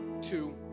Two